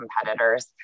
competitors